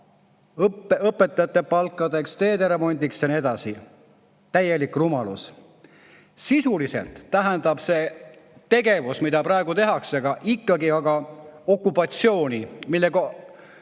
õpetajate palkadeks, teede remondiks ja nii edasi. Täielik rumalus! Sisuliselt tähendab see tegevus, mida praegu tehakse, ikkagi okupatsiooni, millega